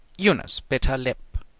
eunice bit her lip.